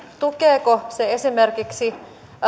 tukeeko se esimerkiksi